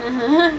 uh (huh)